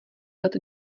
let